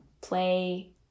play